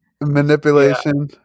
Manipulation